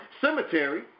cemetery